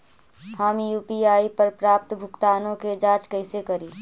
हम यु.पी.आई पर प्राप्त भुगतानों के जांच कैसे करी?